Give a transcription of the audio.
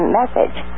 message